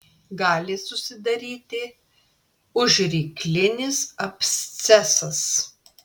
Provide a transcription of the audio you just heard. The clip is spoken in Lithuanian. gali susidaryti užryklinis abscesas